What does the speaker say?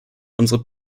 unsere